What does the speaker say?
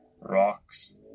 rocks